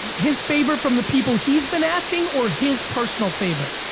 his favorite from the people he's been asking or his personal favorite?